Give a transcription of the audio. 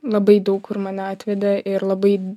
labai daug kur mane atvedė ir labai